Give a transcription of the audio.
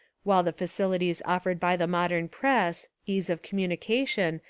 while the facilities offered by the modern press, ease of communication,